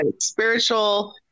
spiritual